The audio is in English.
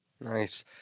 Nice